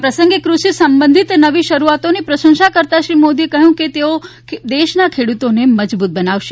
આ પ્રસંગે ક઼ષિ સંબંધિત નવી શરૂઆતોની પ્રશંસા કરતાં તેમણે કહ્યું કે તેઓ દેશના ખેડુતોને મજબુત બનાવશે